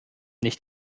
nicht